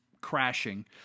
crashing